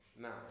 Now